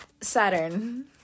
Saturn